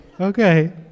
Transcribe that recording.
Okay